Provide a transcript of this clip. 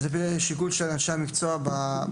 זה נמצא תחת שיקול אנשי המקצוע במשרד,